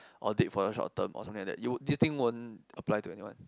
or date for a short term or something like that you will this thing won't apply to anyone